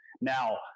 Now